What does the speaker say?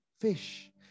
fish